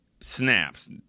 snaps